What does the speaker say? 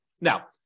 Now